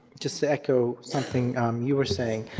to so echo something you were saying,